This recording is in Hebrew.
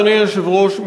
אדוני היושב-ראש,